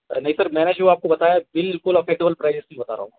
अरे नहीं सर मैंने जो आपको बताया बिल्कुल एफ्फोर्टेबल प्राइज़ इसकी बता रहा हूँ